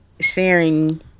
Sharing